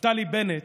נפתלי בנט